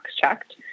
checked